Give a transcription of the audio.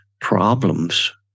problems